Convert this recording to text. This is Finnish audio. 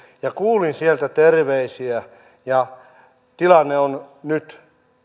ja kuulin sieltä terveisiä ja tilanne on nyt